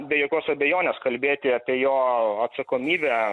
be jokios abejonės kalbėti apie jo atsakomybę